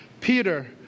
Peter